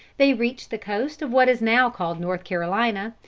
they reached the coast of what is now called north carolina,